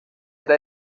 era